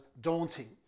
daunting